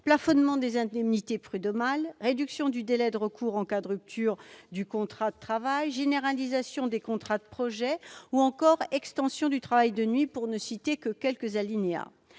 plafonnement des indemnités prud'homales, la réduction du délai de recours en cas de rupture du contrat de travail, la généralisation des contrats de projets ou encore l'extension du travail de nuit, pour ne citer que quelques alinéas.